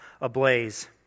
ablaze